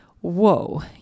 whoa